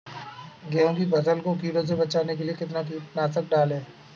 गेहूँ की फसल को कीड़ों से बचाने के लिए कितना कीटनाशक डालें?